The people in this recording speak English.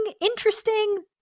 interesting